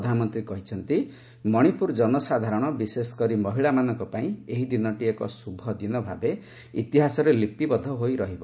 ପ୍ରଧାନମନ୍ତ୍ରୀ କହିଛନ୍ତି ମଣିପୁରର ଜନସାଧାରଣ ବିଶେଷକରି ମହିଳାମାନଙ୍କ ପାଇଁ ଦିନଟି ଏକ ଶୁଭଦିନ ଭାବେ ଇତିହାସରେ ଲିପିବଦ୍ଧ ହୋଇ ରହିବ